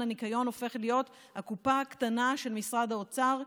הניקיון הופך להיות הקופה הקטנה של משרד האוצר,